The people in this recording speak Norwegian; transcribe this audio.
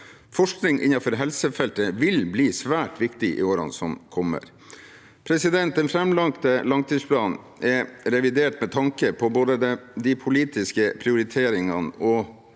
Forskning innenfor helsefeltet vil bli svært viktig i årene som kommer. Den framlagte langtidsplanen er revidert med tanke på både de politiske prioriteringene og